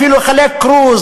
אפילו לחלק כרוז,